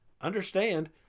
understand